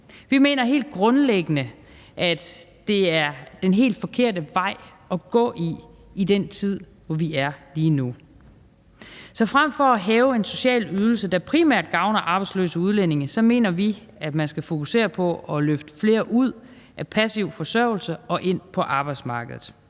Vi mener helt grundlæggende, at det er den helt forkerte vej at gå i en tid som den, vi er i lige nu. Så frem for at hæve en social ydelse, der primært gavner arbejdsløse udlændinge, mener vi, at man skal fokusere på at løfte flere ud af passiv forsørgelse og ind på arbejdsmarkedet.